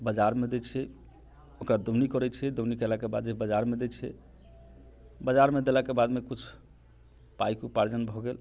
बजारमे दै छिये ओकर दौनी करै छिये दौनी केलाके बाद जे बजारमे दै छिये बजारमे देलाके बादमे कुछ पाइके उपार्जन भऽ गेल